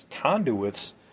conduits